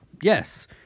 Yes